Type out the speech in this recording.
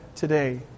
today